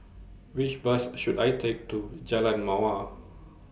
Which Bus should I Take to Jalan Mawar